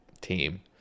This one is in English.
team